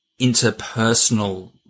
interpersonal